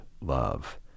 love